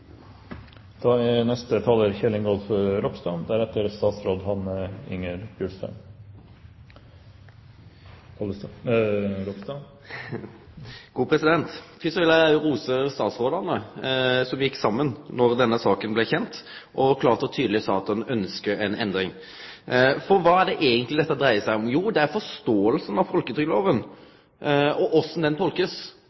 vil eg rose statsrådane, som gjekk saman då denne saka blei kjend, og klart og tydeleg sa at ein ønskte ei endring. For kva er det eigentleg dette dreier seg om? Jo, det er forståinga av